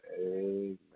Amen